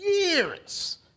years